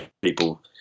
people